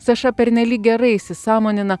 saša pernelyg gerai įsisąmonina